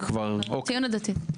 "הציונות הדתית".